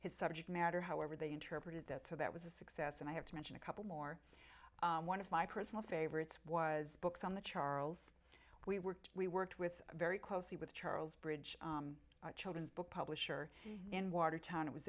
his subject matter however they interpreted that so that was a success and i have to mention a couple more one of my personal favorites was books on the charles we worked we worked with very closely with charles bridge children's book publisher in watertown it was